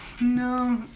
No